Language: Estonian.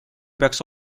peaks